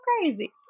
crazy